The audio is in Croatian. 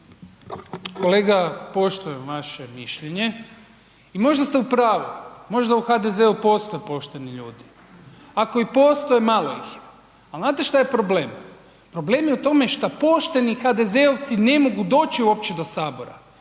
Kolega poštujem vaše mišljenje i možda ste u pravu. Možda u HDZ-u postoje pošteni ljudi? Ako i postoje, malo ih je. Ali znate što je problem? Problem je u tome što pošteni HDZ-ovci ne mogu doći uopće do Sabora.